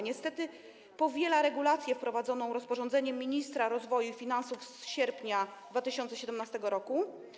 Niestety powiela się regulację wprowadzoną rozporządzeniem ministra rozwoju i finansów z sierpnia 2017 r.